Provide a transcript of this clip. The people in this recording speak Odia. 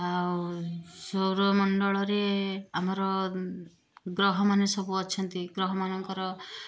ଆଉ ସୌରମଣ୍ଡଳରେ ଆମର ଗ୍ରହମାନେ ସବୁ ଅଛନ୍ତି ଗ୍ରହ ମାନଙ୍କର